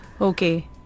Okay